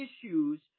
issues